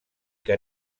que